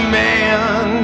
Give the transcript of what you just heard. man